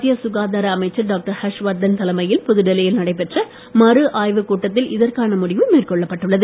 மத்திய சுகாதார அமைச்சர் டாக்டர் ஹர்ஷவர்தன் தலைமையில் புதுடெல்லியில் நடைபெற்ற மறுஆய்வு கூட்டத்தில் இதற்கான முடிவு மேற்கொள்ளப்பட்டது